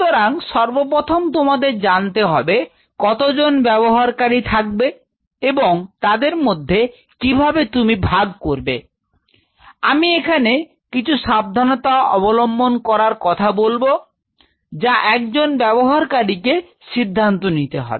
সুতরাং সর্বপ্রথম তোমাদের জানতে হবে কতজন ব্যবহারকারী থাকবে এবং তাদের মধ্যে কিভাবে তুমি রাগ করবে আমি এখানে কিছু সাবধানতা অবলম্বন করার কথা বলব যা একজন ব্যবহারকারীকে সিদ্ধান্ত নিতে হবে